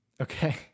okay